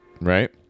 Right